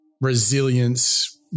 resilience